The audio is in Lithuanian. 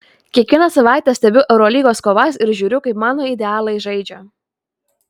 kiekvieną savaitę stebiu eurolygos kovas ir žiūriu kaip mano idealai žaidžia